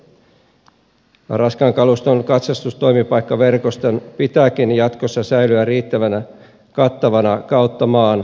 raskaan kaluston katsastustoimipaikkaverkoston pitääkin jatkossa säilyä riittävän kattavana kautta maan